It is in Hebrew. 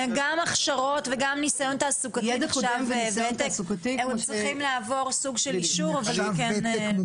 גם הכשרות וגם נסיון תעסוקתי נחשב ותק.